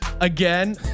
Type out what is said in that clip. again